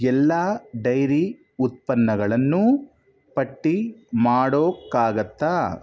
ಎಲ್ಲ ಡೈರಿ ಉತ್ಪನ್ನಗಳನ್ನೂ ಪಟ್ಟಿ ಮಾಡೋಕ್ಕಾಗುತ್ತಾ